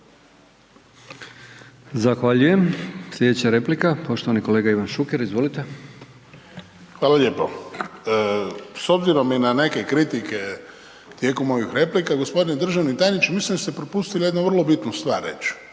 Zahvaljujem. Sljedeća replika poštovani kolega Ivan Šuker. Izvolite. **Šuker, Ivan (HDZ)** Hvala lijepo. S obzirom i na neke kritike tijekom ovih replika, gospodine državni tajniče mislim da ste propustili jednu vrlo bitnu stvar reći.